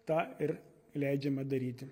tą ir leidžiama daryti